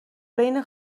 بین